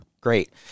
great